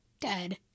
dead